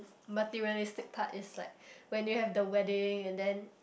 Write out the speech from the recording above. materialistic part is like when you have the wedding and then